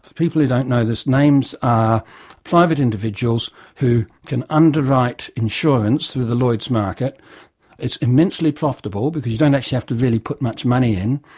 people who don't know this, names are private individuals who can underwrite insurance through the lloyd's market it's immensely profitable because you don't actually have to really put much money in,